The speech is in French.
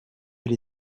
elle